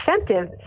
incentive